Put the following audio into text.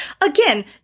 again